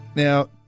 Now